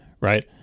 right